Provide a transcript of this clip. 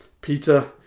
peter